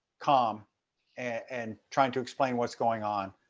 calm and trying to explain what is going on.